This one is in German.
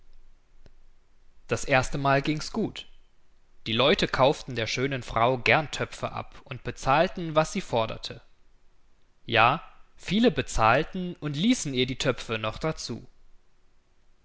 das erstemal gings gut die leute kauften der schönen frau gern töpfe ab und bezahlten was sie forderte ja viele bezahlten und ließen ihr die töpfe noch dazu